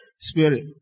Spirit